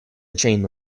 chain